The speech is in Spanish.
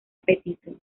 apetito